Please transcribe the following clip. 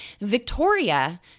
Victoria